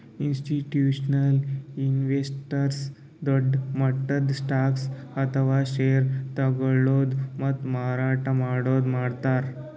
institutional investors ದೊಡ್ಡ್ ಮಟ್ಟದ್ stocks ಅಥವಾ ಷೇರ್ ತಗೋಳದು ಮತ್ತ್ ಮಾರಾಟ್ ಮಾಡದು ಮಾಡ್ತಾರ್